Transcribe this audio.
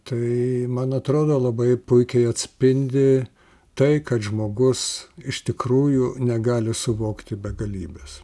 tai man atrodo labai puikiai atspindi tai kad žmogus iš tikrųjų negali suvokti begalybės